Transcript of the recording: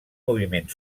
moviment